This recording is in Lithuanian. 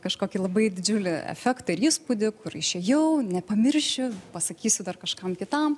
kažkokį labai didžiulį efektą ir įspūdį kur išėjau nepamiršiu pasakysiu dar kažkam kitam